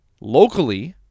Locally